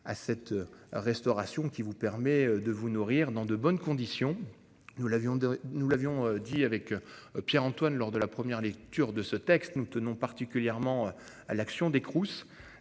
À cette restauration qui vous permet de vous nourrir dans de bonnes conditions. Nous l'avions de nous l'avions dit avec Pierre-Antoine lors de la première lecture de ce texte nous tenons particulièrement à l'action des Crous,